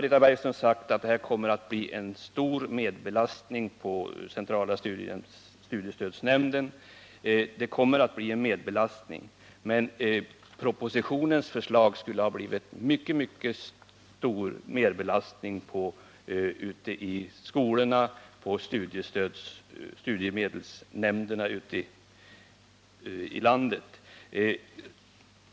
Britta Bergström har vidare sagt att det kommer att bli en stor merbelastning på centrala studiestödsnämnden. Ja, det kommer att bli en merbelastning, men ett realiserande av propositionens förslag skulle ha gett en mycket större merbelastning i skolorna och på studiemedelsnämnderna ute i landet.